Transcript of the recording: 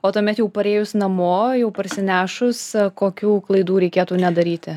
o tuomet jau parėjus namo jau parsinešus kokių klaidų reikėtų nedaryti